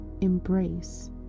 embrace